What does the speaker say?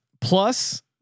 plus